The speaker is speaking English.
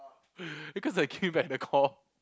because I came back the call